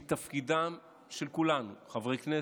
מתפקידנו, כולנו, חברי כנסת,